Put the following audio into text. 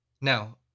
now